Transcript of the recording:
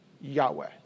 Yahweh